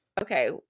Okay